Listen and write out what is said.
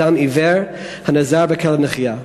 אדם עיוור הנעזר בכלב נחייה.